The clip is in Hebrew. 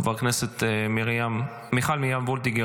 חברת הכנסת מיכל מרים וולדיגר,